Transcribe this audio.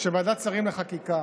שוועדת שרים לחקיקה